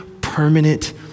permanent